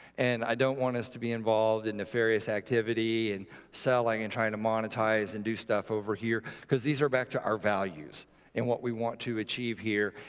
and i don't want us to be involved in nefarious activity, and selling, and trying to monetize, and do stuff over here. because these are back to our values and what we want to achieve here.